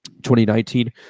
2019